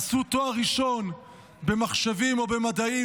עשו תואר ראשון במחשבים או במדעים,